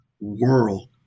world